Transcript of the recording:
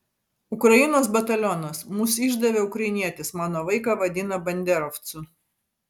ukrainos batalionas mus išdavė ukrainietis mano vaiką vadina banderovcu